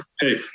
hey